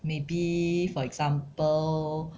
maybe for example